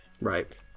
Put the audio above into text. Right